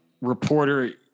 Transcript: reporter